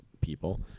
people